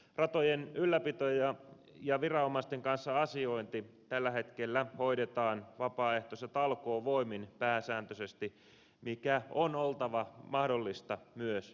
ratojen ylläpito ja viranomaisten kanssa asiointi hoidetaan tällä hetkellä pääsääntöisesti vapaaehtois ja talkoovoimin minkä on oltava mahdollista myös jatkossa